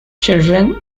children